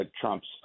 Trump's